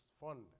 fund